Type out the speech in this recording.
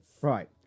Right